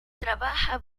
trabaja